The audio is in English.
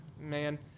man